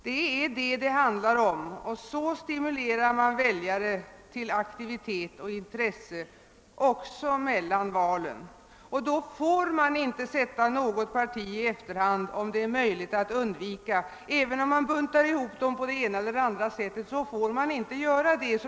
Det är på detta sätt man stimulerar väljare till aktivitet och intresse också mellan valen. Vi får då inte sätta något parti i efterhand, om det är möjligt att undvika det. Vi får heller inte bunta ihop partierna på det ena eller andra sättet så länge det existerar olika partier.